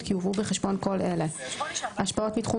כי הובאו בחשבון כל אלה: 6.2.1 השפעות מתחום